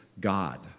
God